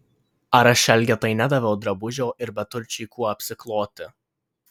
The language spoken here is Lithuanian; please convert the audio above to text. ar aš elgetai nedaviau drabužio ir beturčiui kuo apsikloti